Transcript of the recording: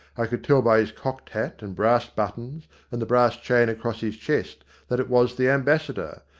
i could tell by his cocked hat and brass buttons and the brass chain across his chest that it was the ambassador.